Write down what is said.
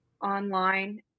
online